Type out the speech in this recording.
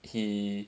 he